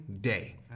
day